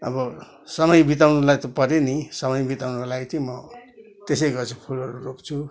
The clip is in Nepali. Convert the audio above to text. अब समय बिताउनु लागि त पर्यो नि समय बिताउनको लागि चाहिँ म त्यसै गर्छु फुलहरू रोप्छु